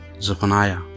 Zephaniah